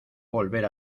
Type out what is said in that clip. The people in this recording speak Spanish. volver